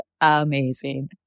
amazing